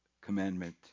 commandment